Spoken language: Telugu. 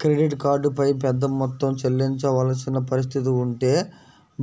క్రెడిట్ కార్డ్ పై పెద్ద మొత్తం చెల్లించవలసిన పరిస్థితి ఉంటే